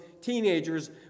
teenagers